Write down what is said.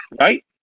right